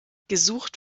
gesucht